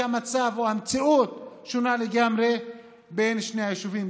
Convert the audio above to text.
המצב או המציאות שונים לגמרי בין היישובים.